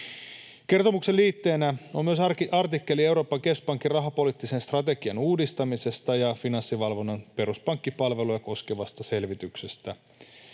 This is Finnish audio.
Kertomuksen liitteenä on myös artikkeli Euroopan keskuspankin rahapoliittisen strategian uudistamisesta ja Finanssivalvonnan peruspankkipalveluja koskevasta selvityksestä.